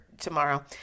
tomorrow